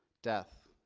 death.